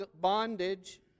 bondage